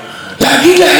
אני לא אעשה את זה,